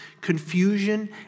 confusion